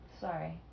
Sorry